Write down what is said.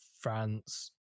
France